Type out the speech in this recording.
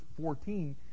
14